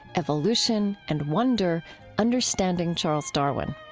evolution and wonder understanding charles darwin.